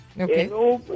Okay